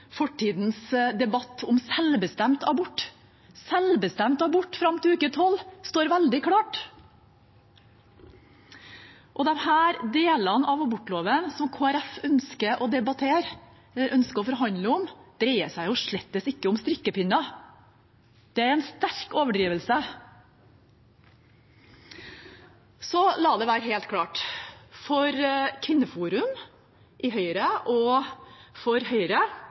fortidens debatt om selvbestemt abort. Selvbestemt abort fram til uke tolv står veldig klart. De delene av abortloven som Kristelig Folkeparti ønsker å debattere, som de ønsker å forhandle om, dreier seg slett ikke om strikkepinner. Det er en sterk overdrivelse. La det være helt klart: For Kvinneforum i Høyre og for Høyre